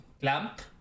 Clamp